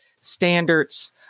standards